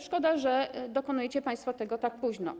Szkoda, że dokonujecie państwo tego tak późno.